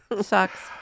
sucks